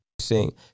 Sing